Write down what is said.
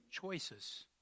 choices